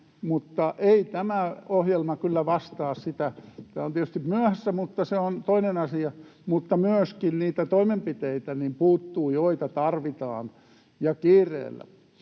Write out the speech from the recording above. mutta ei tämä ohjelma kyllä sitä vastaa. Tämä on tietysti myöhässä — mutta se on toinen asia — mutta myöskin niitä toimenpiteitä puuttuu, joita tarvitaan ja kiireellä.